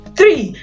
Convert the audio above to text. three